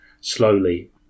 slowly